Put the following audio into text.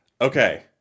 Okay